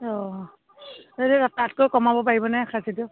অঁ তাতকৈ কমাব পাৰিব নে খাচীটো